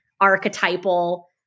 archetypal